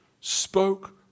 spoke